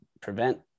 prevent